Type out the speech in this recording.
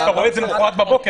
שאתה רואה אותה למחרת בבוקר,